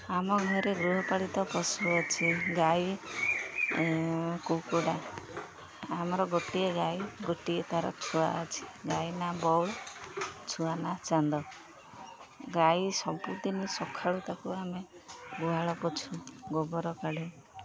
ଆମ ଘରେ ଗୃହପାଳିତ ପଶୁ ଅଛି ଗାଈ କୁକୁଡ଼ା ଆମର ଗୋଟିଏ ଗାଈ ଗୋଟିଏ ତା'ର ଛୁଆ ଅଛି ଗାଈ ନାଁ ବଉଳ ଛୁଆ ନାଁ ଚାନ୍ଦ ଗାଈ ସବୁଦିନ ସଖାଳୁ ତାକୁ ଆମେ ଗୁହାଳ ପୋଛୁ ଗୋବର କାଢ଼ୁ